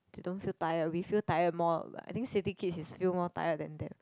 they don't feel tired we feel tired more I think city kids is feel more tired than that